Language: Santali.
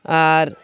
ᱟᱨ